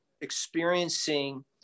experiencing